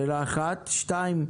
שנית,